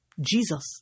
Jesus